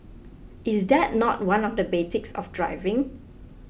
is that not one of the basics of driving